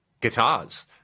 guitars